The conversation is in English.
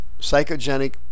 psychogenic